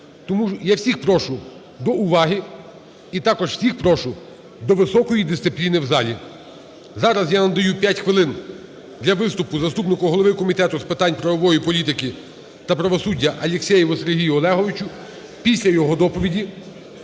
Тому я всіх прошу до увагу і також всіх прошу до високої дисципліни у залі. Зараз я надаю 5 хвилин для виступу заступнику голови Комітету з питань правової політики та правосуддя Алєксєєву Сергію Олеговичу. Після його доповіді